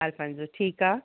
अल्फ़ांसो ठीकु आहे